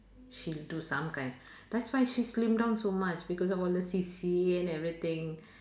she'll do some kind that's why she slim down so much because of all the C_C_A and everything